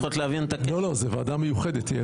זאת תהיה ועדה מיוחדת.